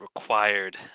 required